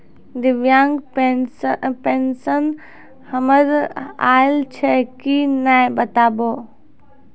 दिव्यांग पेंशन हमर आयल छै कि नैय बताबू?